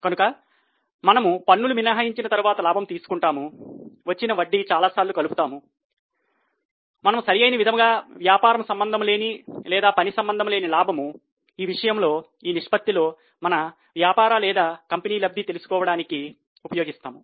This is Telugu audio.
కనుక మనము పన్నులు మినహాయించిన తర్వాత లాభం తీసుకుంటాము వచ్చిన వడ్డీ చాలాసార్లు కలుపుతాము మనము సరి అయిన విధముగా వ్యాపారం సంబంధము లేని లేదా పని సంబంధంలేని లాభం ఈ విషయంలో ఈ నిష్పత్తిలో మన వ్యాపార లేదా కంపెనీ లబ్ది తెలుసుకోవడానికి ఉపయోగిస్తాము